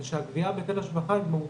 אבל מה שחשוב, עוד פעם, שזה יהיה שומה אחת